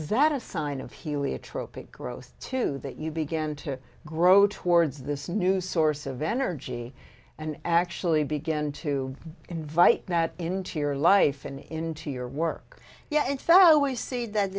this that a sign of heliotrope it grows too that you begin to grow towards this new source of energy and actually begin to invite that into your life and into your work yet in fellow ways see that